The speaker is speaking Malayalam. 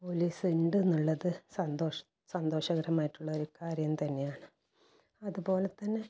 പോളിസി ഉണ്ടെന്നുള്ളത് സന്തോഷം സന്തോഷകരമായിട്ടുള്ള ഒരു കാര്യം തന്നെയാണ് അതുപോലെത്തന്നെ